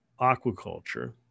aquaculture